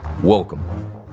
Welcome